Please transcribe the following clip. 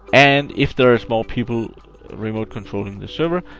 and if there is more people remote controlling the server,